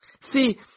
See